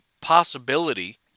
possibility